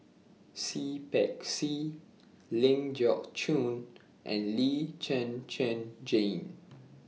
Seah Peck Seah Ling Geok Choon and Lee Zhen Zhen Jane